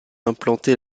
implantée